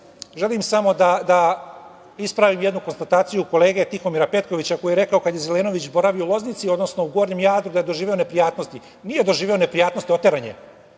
Želim samo da ispravim jednu konstataciju kolege Tihomira Petkovića, koji je rekao kada je Zelenović boravio u Loznici, odnosno Gornjem Jadru, da je doživeo neprijatnosti. Nije doživeo neprijatnosti, oteran je.